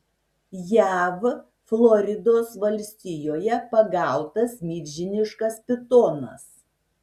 jav floridos valstijoje pagautas milžiniškas pitonas